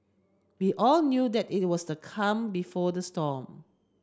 we all knew that it was the calm before the storm